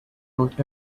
don’t